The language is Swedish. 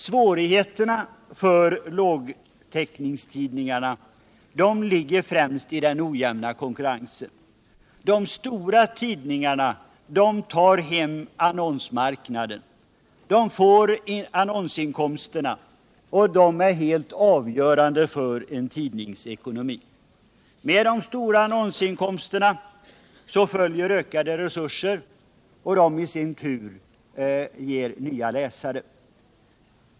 Svårigheterna för lågtäckningstidningarna ligger främst i den ojämna konkurrensen. De stora tidningarna dominerar annonsmarknaden. De får annonsinkomsterna, vilka är helt avgörande för en tidnings ekonomi. Med de stora annonsinkomsterna följer ökade resurser, som i sin tur ger nya läsare.